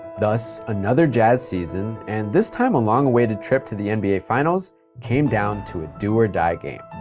thus, another jazz season and this time a long-awaited trip to the nba finals came down to a do-or-die game.